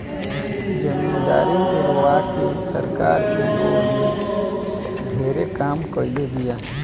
जमीदारी ओरवा के सरकार इ ओर में ढेरे काम कईले बिया